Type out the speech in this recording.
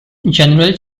general